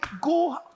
Go